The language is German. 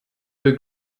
the